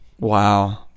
Wow